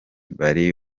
bari